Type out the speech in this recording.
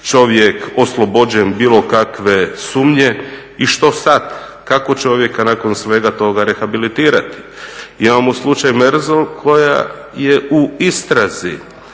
čovjek oslobođen bilo kakve sumnje. I što sad? Kako čovjeka nakon svega toga rehabilitirati? Imamo slučaj Merzel koja je u istrazi,